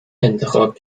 انتخاب